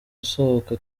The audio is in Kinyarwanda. asohoka